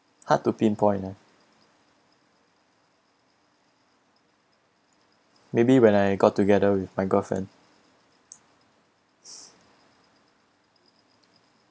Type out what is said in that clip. hard to pinpoint lah maybe when I got together with my girlfriend